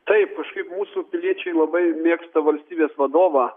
taip kažkaip mūsų piliečiai labai mėgsta valstybės vadovą